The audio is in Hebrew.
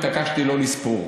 התעקשתי שלא לספור.